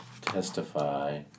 testify